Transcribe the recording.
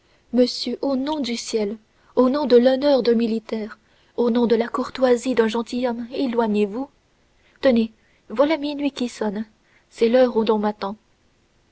monsieur au nom du ciel au nom de l'honneur d'un militaire au nom de la courtoisie d'un gentilhomme éloignez-vous tenez voilà minuit qui sonne c'est l'heure où l'on m'attend